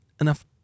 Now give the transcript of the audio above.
enough